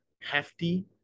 hefty